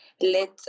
let